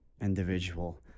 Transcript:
individual